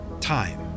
time